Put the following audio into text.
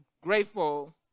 grateful